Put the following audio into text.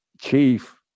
Chief